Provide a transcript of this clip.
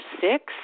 six